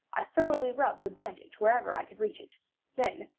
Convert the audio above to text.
i thoroughly rubbed the bandage wherever i could reach it then,